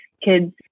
kids